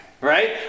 right